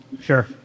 Sure